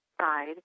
side